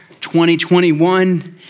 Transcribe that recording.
2021